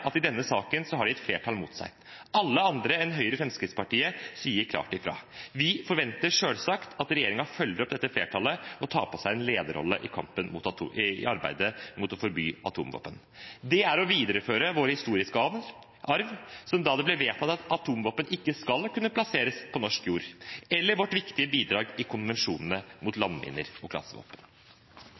Alle andre enn Høyre og Fremskrittspartiet sier klart ifra. Vi forventer selvsagt at regjeringen følger opp dette flertallet, og tar på seg en lederrolle i arbeidet mot å forby atomvåpen. Det er å videreføre vår historiske arv, som da det ble vedtatt at atomvåpen ikke skal kunne plasseres på norsk jord – eller vårt viktige bidrag i konvensjonene mot landminer og